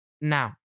Now